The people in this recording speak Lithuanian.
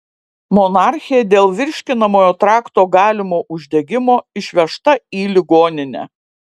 monarchė dėl virškinamojo trakto galimo uždegimo išvežta į ligoninę